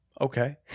Okay